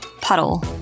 puddle